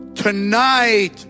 Tonight